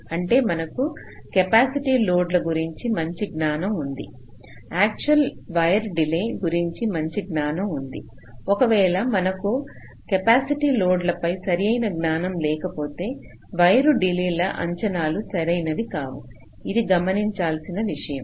అంటే మనకు కెపాసిటీ లోడుల గురించి మంచి జ్ఞానం ఉంది యాక్చువల్ వైరు డిలే గురించి మంచి జ్ఞానం ఉంది ఒకవేళ మనకు కెపాసిటీ లోడుల పై సరైన జ్ఞానం లేకపోతే వైరు డిలే ల అంచనాలూ సరైనవి కావు ఇది గమనించాల్సిన విషయము